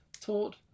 taught